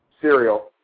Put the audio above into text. cereal